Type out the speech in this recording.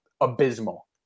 abysmal